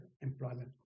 employment